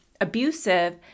abusive